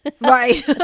Right